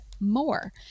more